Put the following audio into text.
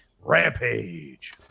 rampage